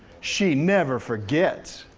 she never forgets.